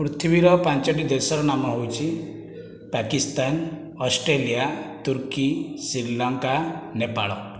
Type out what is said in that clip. ପୃଥିବୀର ପାଞ୍ଚଟି ଦେଶର ନାମ ହେଉଛି ପାକିସ୍ତାନ ଅଷ୍ଟ୍ରେଲିଆ ତୁର୍କୀ ଶ୍ରୀଲଙ୍କା ନେପାଳ